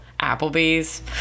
Applebee's